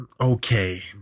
okay